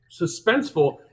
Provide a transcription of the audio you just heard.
suspenseful